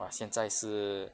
!wah! 现在是